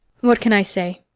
what can i say?